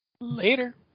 Later